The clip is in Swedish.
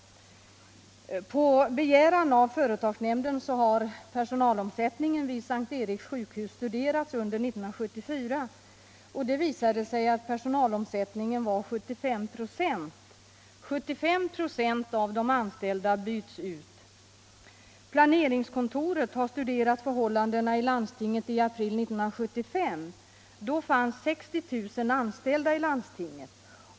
På begäran av företagsnämnden har personalomsättningen vid S:t Eriks sjukhus studerats under 1974, och det visade sig att personalomsättningen var 75 96. 75 96 av de anställda byts ut. Planeringskontoret har studerat förhållandena i landstinget under april 1975. Då fanns 60 000 anställda i landstinget.